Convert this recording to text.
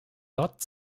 gott